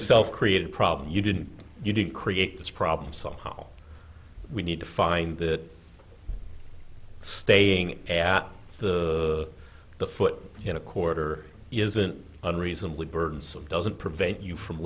a self created problem you didn't you didn't create this problem solved all we need to find that staying at the the foot in a quarter isn't unreasonably burdensome doesn't prevent you from